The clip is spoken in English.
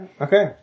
Okay